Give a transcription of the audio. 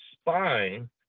spine